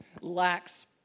lacks